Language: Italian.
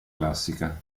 classica